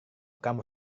kamu